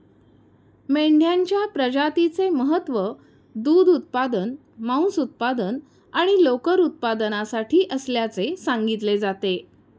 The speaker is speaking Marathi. मेंढ्यांच्या प्रजातीचे महत्त्व दूध उत्पादन, मांस उत्पादन आणि लोकर उत्पादनासाठी असल्याचे सांगितले जाते